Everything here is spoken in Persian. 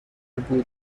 بود